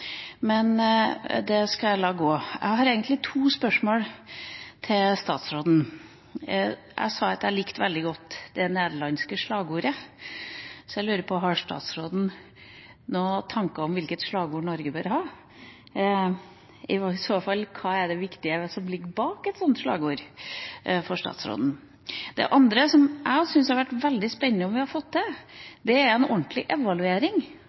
men det skal jeg la gå. Jeg har egentlig to spørsmål til statsråden. Jeg sa at jeg likte veldig godt det nederlandske slagordet, så jeg lurer på om statsråden har noen tanker om hvilket slagord Norge bør ha? I så fall, hva er viktig for statsråden at ligger bak et sånt slagord? Det andre, som jeg syns hadde vært veldig spennende om vi hadde fått til, er en ordentlig evaluering